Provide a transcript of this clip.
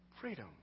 Freedom